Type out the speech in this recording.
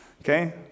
Okay